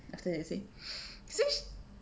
after they say sush~